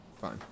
Fine